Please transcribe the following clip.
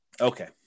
Okay